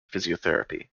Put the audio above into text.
physiotherapy